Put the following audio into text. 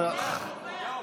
נוכח.